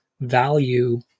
value